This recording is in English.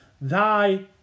thy